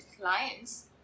clients